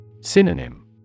Synonym